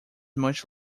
much